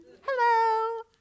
Hello